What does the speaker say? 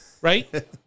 Right